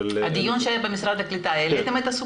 --- בדיון שהיה בוועדת הקליטה העליתם את הסוגיה הזאת?